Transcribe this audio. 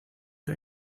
you